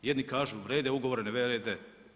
Jedni kažu vrijede ugovori, ne vrijede.